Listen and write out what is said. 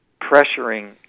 pressuring